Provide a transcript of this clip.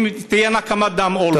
אם תהיה נקמת דם או לא.